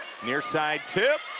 near side tip.